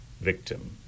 victim